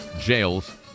jails